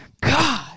God